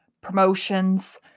promotions